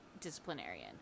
disciplinarian